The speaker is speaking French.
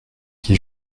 qui